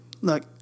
Look